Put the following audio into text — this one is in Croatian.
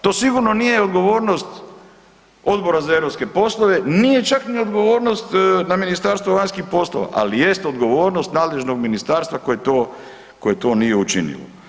To sigurno nije odgovornost Odbora za europske poslove, nije čak ni odgovornost na Ministarstvu vanjskih poslova, ali jest odgovornost nadležnog ministarstva koje to, koje to nije učinilo.